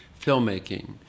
filmmaking